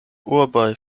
urboj